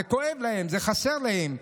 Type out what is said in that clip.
זה כואב להם, זה חסר להם.